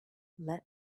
let